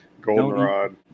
Goldenrod